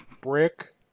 Brick